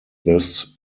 this